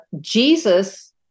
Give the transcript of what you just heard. Jesus